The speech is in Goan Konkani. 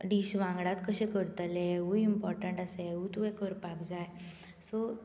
डिश वांगडात कशें करतले हेवूंय इंम्पोर्टंट आसा हेवूंय तूवे करपाक जाय सो